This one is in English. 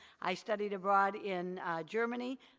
i studied abroad in germany.